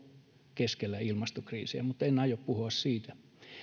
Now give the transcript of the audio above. keskellä ilmastokriisiä mutta en aio puhua siitä